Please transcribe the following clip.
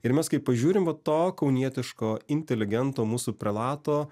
ir mes kaip pažiūrim va to kaunietiško inteligento mūsų prelato